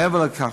מעבר לכך,